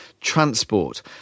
transport